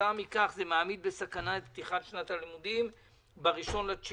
שכתוצאה מהן זה מעמיד בסכנה את פתיחת שנת הלימודים ב-1 בספטמבר.